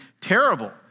terrible